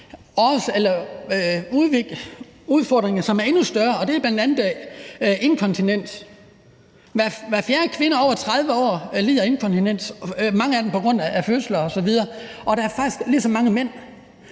udfordringer, som er endnu større, og det er bl.a. inkontinens. Hver fjerde kvinde over 30 år lider af inkontinens – mange af dem på grund af fødsler osv. Og faktisk er der lige så mange mænd,